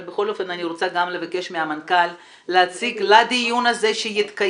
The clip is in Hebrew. אבל בכל אופן אני רוצה לבקש גם מהמנכ"ל להציג לדיון הזה שיתקיים,